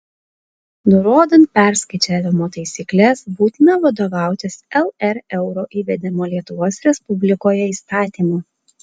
nurodant perskaičiavimo taisykles būtina vadovautis lr euro įvedimo lietuvos respublikoje įstatymu